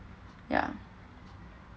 ya